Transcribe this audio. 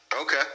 Okay